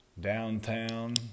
downtown